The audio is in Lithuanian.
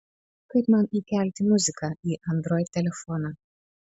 kaip man įkelti muziką į android telefoną